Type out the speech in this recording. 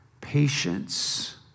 patience